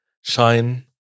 shine